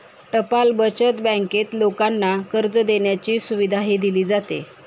टपाल बचत बँकेत लोकांना कर्ज देण्याची सुविधाही दिली जाते